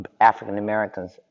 African-Americans